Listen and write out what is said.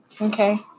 Okay